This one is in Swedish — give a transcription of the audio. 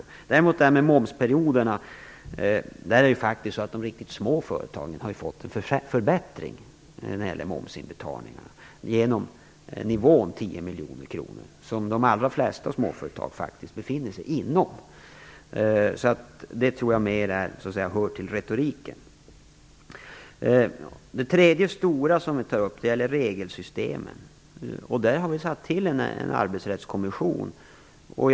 Vad däremot gäller momsinbetalningarna har de riktigt små företagen fått en förbättring genom gränsdragningen vid 10 miljoner kronor. De allra flesta småföretagen ligger faktiskt under den nivån. Jag tror att talet om detta mera hör till retoriken. Den tredje stora fråga som här tas upp gäller regelsystemen. Vi har tillsatt en arbetsrättskommission om detta.